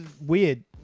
weird